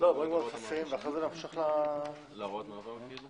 ואחר כך נמשיך להוראות מעבר.